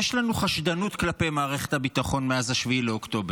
יש לנו חשדנות כלפי מערכת הביטחון מאז 7 באוקטובר.